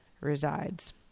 resides